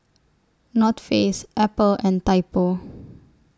North Face Apple and Typo